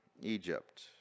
Egypt